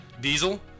Diesel